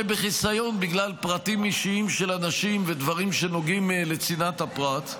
בחיסיון בגלל פרטים אישיים של אנשים ודברים שנוגעים לצנעת הפרט.